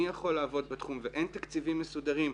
מי יכול לעבוד בתחום ואין תקציבים מסודרים,